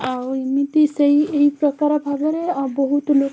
ଆଉ ଏମିତି ସେଇ ଏହି ପ୍ରକାର ଭାବରେ ଆ ବହୁତ ଲୋକ